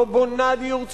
לא בונה דיור ציבורי,